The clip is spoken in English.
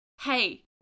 Hey